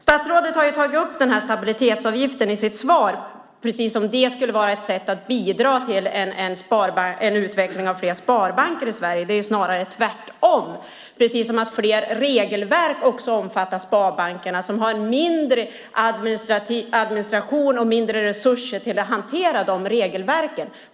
Statsrådet har i sitt svar tagit upp stabilitetsavgiften, som om det skulle vara ett sätt att bidra till utvecklingen av fler sparbanker i Sverige. Det är snarare tvärtom. Fler regelverk omfattar även sparbankerna, som har en mindre administration och mindre resurser att hantera regelverken.